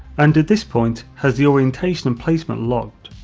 and at this point has the orientation and placement logged.